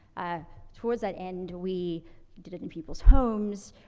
ah, towards that end, we did it in people's homes,